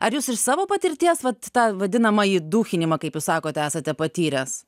ar jūs iš savo patirties vat tą vadinamąjį dūchinimą kaip jūs sakote esate patyręs